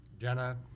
Jenna